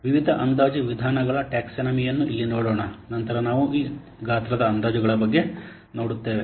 ವಿವಿಧ ಅಂದಾಜು ವಿಧಾನಗಳ ಟ್ಯಾಕ್ಸಾನಮಿ ಯನ್ನು ಇಲ್ಲಿ ನೋಡೋಣ ನಂತರ ನಾವು ಈ ಗಾತ್ರದ ಅಂದಾಜುಗಳ ಬಗ್ಗೆ ನೋಡುತ್ತೇವೆ